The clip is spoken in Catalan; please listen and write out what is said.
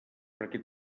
perquè